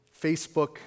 Facebook